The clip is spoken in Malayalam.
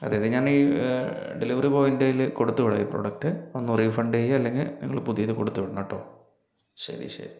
അതെ അതെ ഞാനീ ഡെലിവറി ബോയിൻ്റെ കയ്യില് കൊടുത്തു വിടാം ഈ പ്രോഡക്റ്റ് ഒന്ന് റീഫണ്ട് ചെയ്യുക അല്ലെങ്കിൽ നിങ്ങള് പുതിയത് കൊടുത്തു വിടണം കേട്ടോ ശരി ശരി